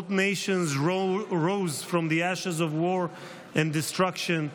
both nations rose from the ashes of war and destruction,